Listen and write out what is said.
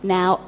Now